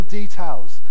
details